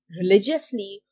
religiously